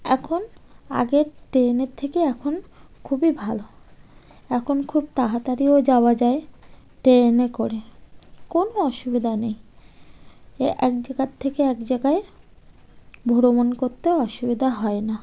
এখন আগের ট্রেনের থেকে এখন খুবই ভালো এখন খুব তাড়াতাড়িও যাওয়া যায় ট্রেনে করে কোনো অসুবিধা নেই এ এক জায়গার থেকে এক জায়গায় ভ্রমণ করতে অসুবিধা হয় না